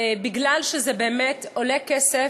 בגלל שזה באמת עולה כסף,